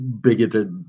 bigoted